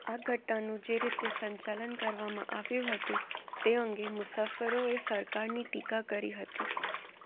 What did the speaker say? આ ઘટનાનું જે રીતે સંચાલન કરવામાં આવ્યું હતું તે અંગે મુસાફરોએ સરકારની ટીકા કરી હતી